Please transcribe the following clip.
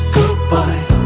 goodbye